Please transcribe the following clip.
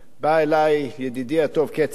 בא אלי ידידי הטוב כצל'ה,